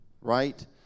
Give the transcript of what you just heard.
right